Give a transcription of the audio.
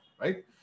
right